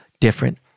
different